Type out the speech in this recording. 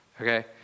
Okay